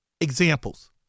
examples